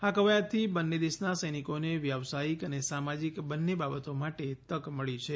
આ કવાયતથી બંને દેશના સૈનિકોને વ્યાવસાયિક અને સામાજિક બંન્ને બાબતો માટે તક મળી છે